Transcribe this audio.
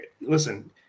listen